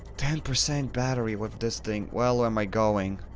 ten percent battery with this thing. where am i going.